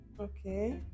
Okay